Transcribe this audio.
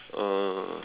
uh